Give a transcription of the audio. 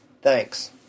Thanks